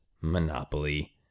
Monopoly